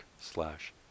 slash